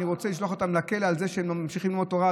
אני רוצה לשלוח אותם לכלא על זה שהם ממשיכים ללמוד תורה.